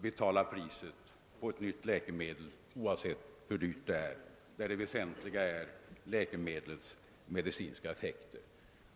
betalar priset för varje nytt läkemedel, oavsett hur dyrt det är, och där det väsentliga anses vara läkemedlets medicinska effekt.